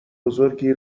بزرگی